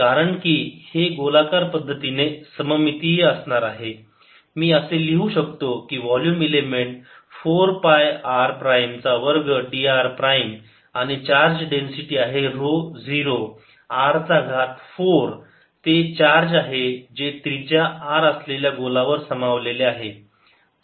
कारण की हे गोलाकार पद्धतीने सममितीय असणार आहे मी असे लिहू शकतो की volume element 4 pi r prime चा वर्ग d r प्राईम आणि चार्ज डेन्सिटी आहे ऱ्हो 0 r चा घात 4 ते चार्ज आहे जे त्रिज्या r असलेल्या गोलावर समावलेले आहे